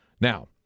Now